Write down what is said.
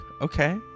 Okay